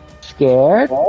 Scared